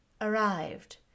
arrived